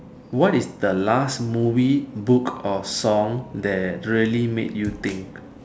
what is the last movie book or song that really made you think